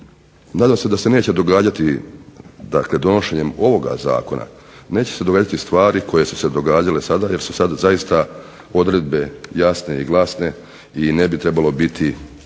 nadam se da se neće događati, dakle donošenjem ovoga zakona neće se događati stvari koje su se događale sada jer su sada zaista odredbe jasne i glasne i ne bi trebalo biti,